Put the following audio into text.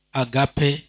agape